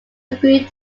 agree